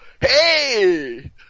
Hey